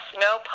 no